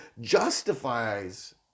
justifies